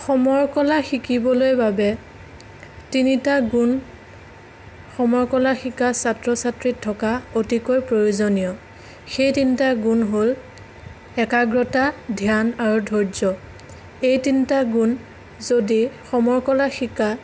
সমৰ কলা শিকিবলৈ বাবে তিনিটা গুণ সমৰ কলা শিকা ছাত্ৰ ছাত্ৰীত থকা অতিকৈ প্ৰয়োজনীয় সেই তিনিটা গুণ হ'ল একাগ্ৰতা ধ্যান আৰু ধৈৰ্য্য এই তিনিটা গুণ যদি সমৰ কলা শিকা